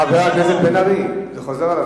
חבר הכנסת בן-ארי, זה חוזר על עצמו.